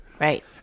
right